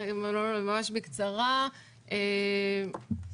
קודם כל,